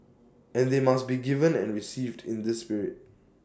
and they must be given and received in this spirit